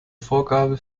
vorgabe